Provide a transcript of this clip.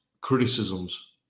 criticisms